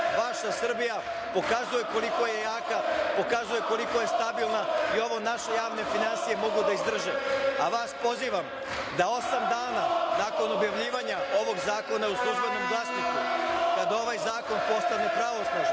da Srbija pokazuje koliko je jaka, pokazuje koliko je stabilna i ovo naše javne finansije mogu da izdrže. Vas pozivam da osam dana nakon objavljivanja ovog zakona u „Službenom Glasniku“ kada ovaj zakon postane pravosnažan